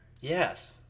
Yes